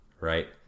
right